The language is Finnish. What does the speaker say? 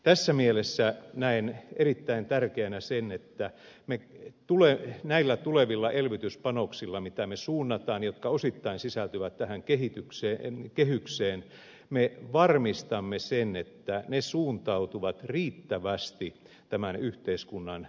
tässä mielessä näen erittäin tärkeänä sen että me näillä tulevilla elvytyspanoksilla mitä me suuntaamme jotka osittain sisältyvät tähän kehykseen varmistamme sen että ne suuntautuvat riittävästi tämän yhteiskunnan uudistumiseen